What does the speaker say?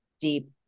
deep